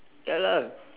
ya lah